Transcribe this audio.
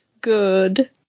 good